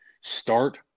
start